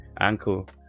ankle